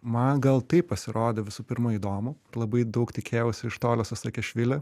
man gal tai pasirodė visų pirma įdomu labai daug tikėjausi iš tolios asekišvili